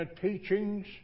teachings